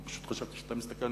אני פשוט חשבתי שאתה מסתכל,